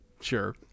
sure